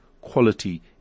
quality